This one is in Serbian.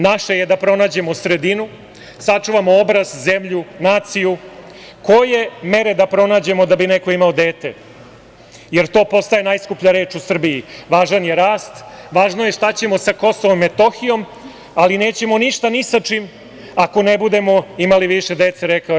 Naše je da pronađemo sredinu, sačuvamo obraz, zemlju, naciju, koje mere da pronađemo da bi neko imao dete, jer to postaje najskuplja reč u Srbiji, važan je rast, važno je šta ćemo sa KiM, ali nećemo ništa ni sa čim ako ne budemo imali više dece"